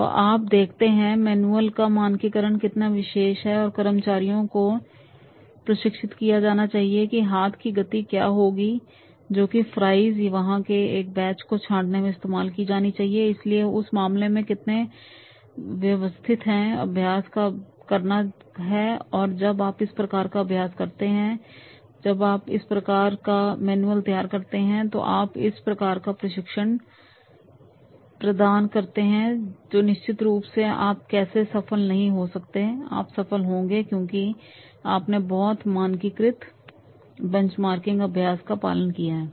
तो आप देखते हैं कि मैनुअल का मानकीकरण कितना विशेष है और कर्मचारियों को प्रशिक्षित किया जाना है कि हाथ की गति क्या होगी जो कि फ्राइज़ वाह के एक बैच को छाँटने में इस्तेमाल की जानी चाहिए इसलिए उस मामले में कितना व्यवस्थित है अभ्यास का अभ्यास करना है और जब आप इस प्रकार के अभ्यास करते हैं तो जब आप इस प्रकार का मैनुअल तैयार करते हैं तो आप इस प्रकार का प्रशिक्षण प्रदान करते हैं तो निश्चित रूप से आप कैसे सफल नहीं हो सकते आप सफल होंगे क्योंकि आपने बहुत अधिक मानकीकृत बेंचमार्किंग अभ्यास का पालन किया है